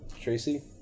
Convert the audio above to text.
Tracy